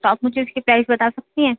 آپ مجھے اِس کی پرائس بتا سکتی ہیں